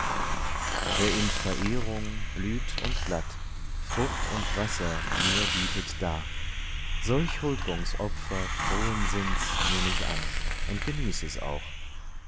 wer in verehrung blüt und blatt frucht und wasser mir bietet dar solch huld'gungsopfer frommen sinns nehm ich an und genieß es auch